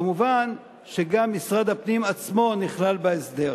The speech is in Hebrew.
מובן שגם משרד הפנים עצמו נכלל בהסדר.